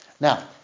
Now